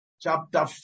chapter